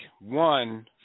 one